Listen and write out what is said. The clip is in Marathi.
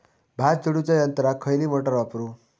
भात झोडूच्या यंत्राक खयली मोटार वापरू?